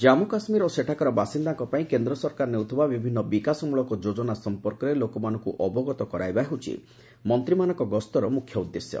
ଜାନ୍ମୁ କାଶ୍ମୀର ଓ ସେଠାକାର ବାସିନ୍ଦାଙ୍କ ପାଇଁ କେନ୍ଦ୍ର ସରକାର ନେଉଥିବା ବିଭିନ୍ନ ବିକାଶମୂଳକ ଯୋଜନା ସଫପର୍କରେ ଲୋକମାନଙ୍କୁ ଅବଗତ କରାଇବା ହେଉଛି ମନ୍ତ୍ରୀମାନଙ୍କ ଗସ୍ତର ମୁଖ୍ୟ ଉଦ୍ଦେଶ୍ୟ